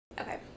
okay